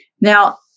Now